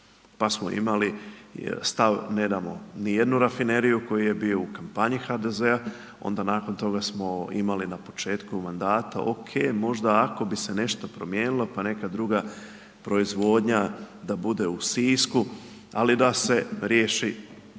Pa samo imali, stav ne damo ni jednu rafineriju koji je bio u kampanji HDZ-a, onda nakon toga smo imali na početku mandata, ok, možda ako bi se nešto promijenilo, pa neka druga proizvodnja, da bude u Sisku, ali da se riješi